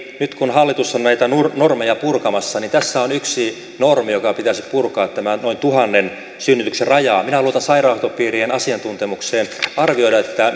nyt kun hallitus on näitä normeja purkamassa tässä on yksi normi joka pitäisi purkaa tämä noin tuhannen synnytyksen raja minä luotan sairaanhoitopiirien asiantuntemukseen arvioida